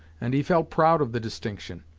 and he felt proud of the distinction.